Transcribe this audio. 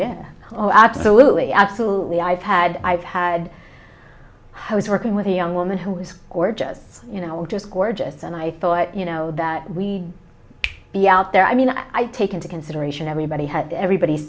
yeah oh absolutely absolutely i've had i've had how it's working with a young woman who was gorgeous you know just gorgeous and i thought you know that we be out there i mean i take into consideration everybody had everybody